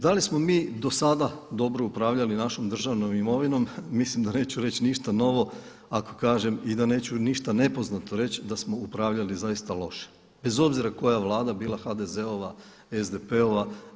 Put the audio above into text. Da li smo mi do sada dobro upravljali našom državnom imovinom mislim da neću reći ništa novo ako kažem i da neću ništa nepoznato reći da smo upravljali zaista loše bez obzira koja Vlada bila HDZ-ova, SDP-ova.